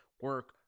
Work